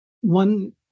One